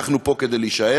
אנחנו פה כדי להישאר.